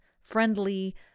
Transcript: friendly